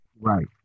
Right